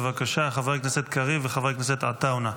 בבקשה, חבר הכנסת קריב וחבר כנסת עטאונה,